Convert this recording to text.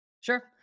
Sure